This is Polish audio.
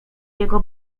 jego